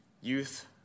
youth